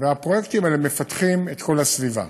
והפרויקטים האלה מפתחים את כל הסביבה.